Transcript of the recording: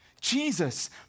Jesus